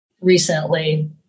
recently